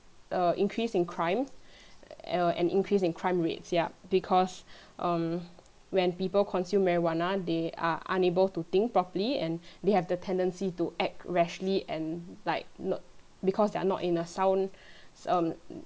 err increase in crime err and increase in crime rates yeah because when people consume marijuana they are unable to think properly and they have the tendency to act rashly and like n~ because they are not in a sound um